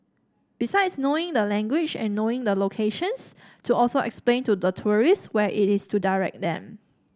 besides knowing the language and knowing the locations to also explain to the tourist where it is to direct them